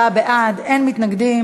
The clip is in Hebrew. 24 בעד, אין מתנגדים.